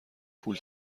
پول